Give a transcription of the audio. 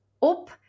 op